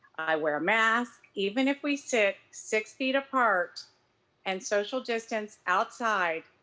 i wear a mask, even if we sit six feet apart and social distance outside,